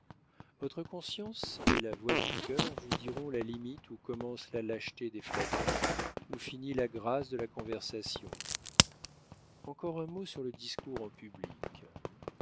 votre conscience et la voix du cœur vous diront la limite où commence la lâcheté des flatteries où finit la grâce de la conversation encore un mot sur le discours en public